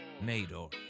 Mador